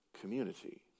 community